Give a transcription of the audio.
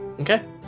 Okay